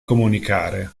comunicare